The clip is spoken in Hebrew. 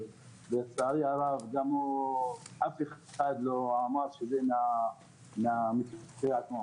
לצערי הרב אף אחד לא אמר שזה מהפציעה עצמה.